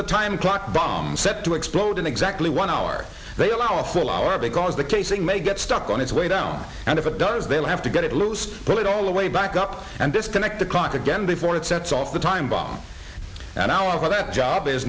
the time clock bomb set to explode in exactly one hour they allow a full hour because the casing may get stuck on its way down and if it does they'll have to get it loose pull it all the way back up and disconnect the clock again before it sets off the time bomb an hour for that job is